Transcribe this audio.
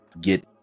get